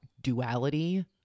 duality